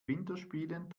winterspielen